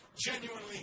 genuinely